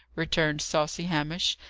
returned saucy hamish.